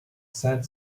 said